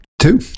Two